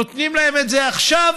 נותנים להם את זה עכשיו,